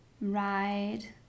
ride